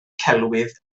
celwydd